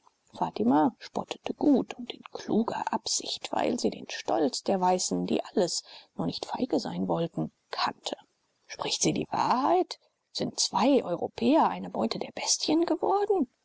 fatima spottete gut und in kluger absicht weil sie den stolz der weißen die alles nur nicht feige sein wollen kannte spricht sie die wahrheit sind zwei europäer eine beute der bestien geworden